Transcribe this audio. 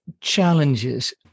challenges